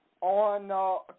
on